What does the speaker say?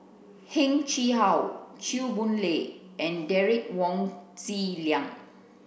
Heng Chee How Chew Boon Lay and Derek Wong Zi Liang